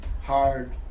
hard